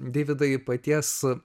deividai paties